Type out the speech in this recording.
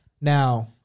Now